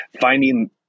finding